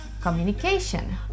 communication